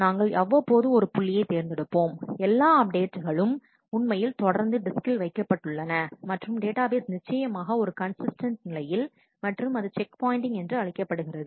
நாங்கள் அவ்வப்போது ஒரு புள்ளியைத் தேர்ந்தெடுப்போம் எல்லா அப்டேட்களும் உண்மையில் தொடர்ந்து டிஸ்கில் வைக்கப்பட்டுள்ளன மற்றும் டேட்டாபேஸ் நிச்சயமாக ஒரு கன்சிஸ்டன்ட் நிலையில் மற்றும் அது செக் பாயின்ட்டிங் என்று அழைக்கப்படுகிறது